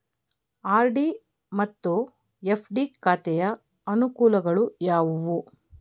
RD ಮತ್ತು FD ಖಾತೆಯ ಅನುಕೂಲಗಳು ಯಾವುವು?